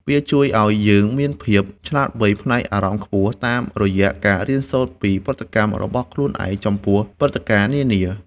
វាជួយឱ្យយើងមានភាពឆ្លាតវៃផ្នែកអារម្មណ៍ខ្ពស់ តាមរយៈការរៀនសូត្រពីប្រតិកម្មរបស់ខ្លួនឯងចំពោះព្រឹត្តិការណ៍នានា។